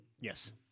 Yes